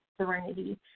serenity